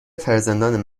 فرزندان